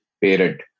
parent